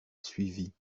suivit